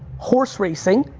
horseracing,